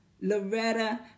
Loretta